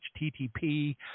HTTP